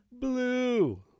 Blue